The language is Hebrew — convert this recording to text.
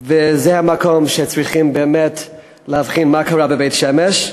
וזה באמת המקום שבו צריכים להבין מה קרה בבית-שמש.